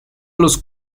los